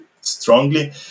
strongly